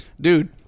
dude